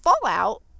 fallout